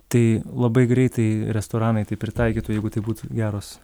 tai labai greitai restoranai tai pritaikytų jeigu tai būtų geros